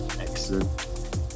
excellent